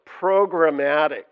programmatic